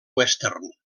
western